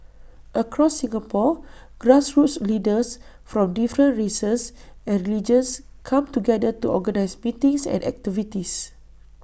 across Singapore grassroots leaders from different races and religions come together to organise meetings and activities